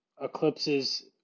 eclipses